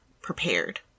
prepared